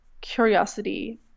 curiosity